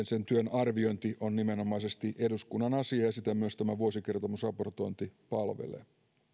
sen työn arviointi on nimenomaisesti eduskunnan asia ja sitä myös tämä vuosikertomusraportointi palvelee